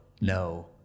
no